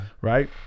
Right